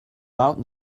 out